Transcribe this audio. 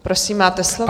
Prosím, máte slovo.